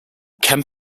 kemp